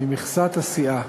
ממכסת הסיעה.